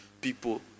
people